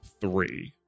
three